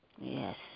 Yes